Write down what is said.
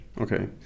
Okay